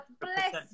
Bless